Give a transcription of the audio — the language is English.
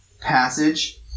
passage